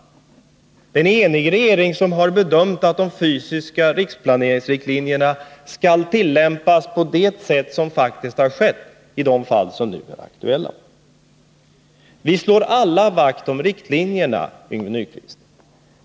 Det är en enig regering som bedömt att riktlinjerna för den fysiska riksplaneringen skall tillämpas på det sätt som faktiskt har skett i de fall som nu är aktuella. Vi slår alla vakt om riktlinjerna, Yngve Nyquist.